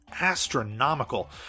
astronomical